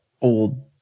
old